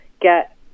Get